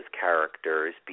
characters